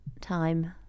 time